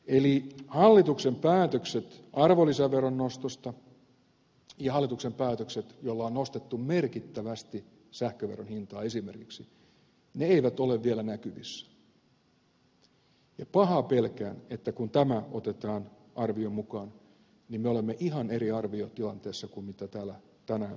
eli hallituksen päätökset arvonlisäveron nostosta ja hallituksen päätökset joilla on nostettu merkittävästi esimerkiksi sähköveron hintaa eivät ole vielä näkyvissä ja pahaa pelkään että kun tämä otetaan arvioon mukaan niin me olemme ihan eri arviotilanteessa kuin täällä tänään on lausuttu